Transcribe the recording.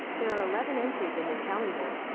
there are eleven entries in your calendar.